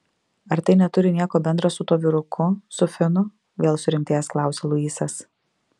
ar tai neturi nieko bendra su tuo vyruku su finu vėl surimtėjęs klausia luisas